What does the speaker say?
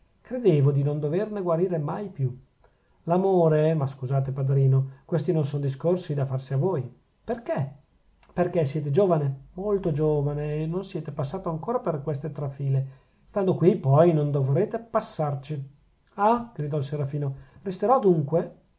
credevo di non doverne guarire mai più l'amore ma scusate padrino questi non sono discorsi da farsi a voi perchè perchè siete giovane molto giovane e non siete passato ancora per queste trafile stando qui poi non dovrete passarci ah gridò il serafino resterò dunque